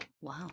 Wow